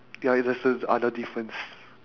ya in a sense it's the other difference